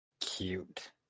Cute